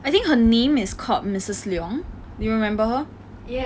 I think her name is called missus leong do you remember her